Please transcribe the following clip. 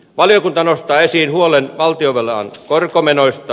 valiokunta nostaa esiin huolen valtionvelan korkomenoista